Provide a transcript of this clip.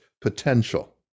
potential